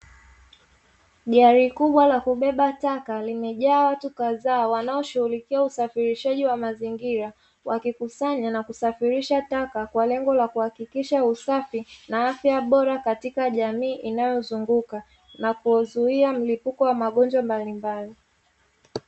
Gari kubwa la kubeba taka limejaa watu kadhaa wanaoshughulikia usafirishaji wa mazingira, wakikusanya na kusafirisha taka kwa lengo la kuhakikisha usafi na afya bora katika jamii inayozunguka na kuzuia mlipuko wa magonjwa mbalimbali.